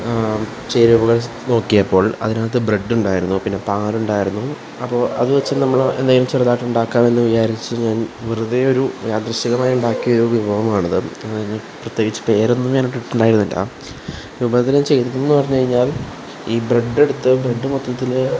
ചേരുവകള് നോക്കിയപ്പോള് അതിനകത്ത് ബ്രെഡ്ഡുണ്ടാരുന്നു പിന്നെ പാലുണ്ടായിരുന്നു അപ്പോള് അതുവച്ച് നമ്മള് എന്തേലും ചെറുതായിട്ടുണ്ടാക്കാമെന്ന് വിചാരിച്ച് ഞാന് വെറുതേ ഒരു യാദൃച്ഛികമായി ഉണ്ടാക്കിയൊരു വിഭവമാണിത് പ്രത്യേകിച്ച് പേരൊന്നും ഞാൻ ഇട്ടിട്ടുണ്ടായിരുന്നില്ല വിഭവത്തിന് ചെയ്തതെന്ന് പറഞ്ഞുകഴിഞ്ഞാല് ഈ ബ്രെഡ്ഡെട്ത്ത് ബ്രെഡ്ഡ് മൊത്തത്തില്